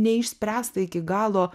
neišspręsta iki galo